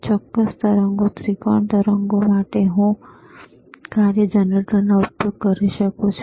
ચોરસ તરંગો ત્રિકોણ તરંગો માટે હું કાર્ય જનરેટરનો ઉપયોગ કરી શકું છું